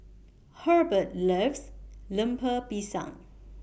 Hurbert loves Lemper Pisang